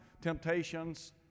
temptations